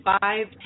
five